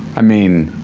i mean,